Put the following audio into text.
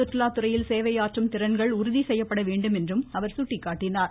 சுற்றுலாத்துறையில் சேவையாற்றும் திறன்கள் உறுதி செய்யப்பட வேண்டும் என்றும் அவர் சுட்டிக்காட்டினார்